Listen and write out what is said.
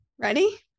Ready